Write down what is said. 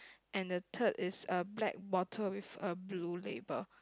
and the third is a black water with a blue label